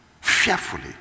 fearfully